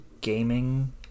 gaming